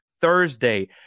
Thursday